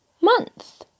month